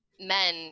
men